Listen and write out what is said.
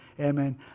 Amen